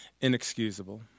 inexcusable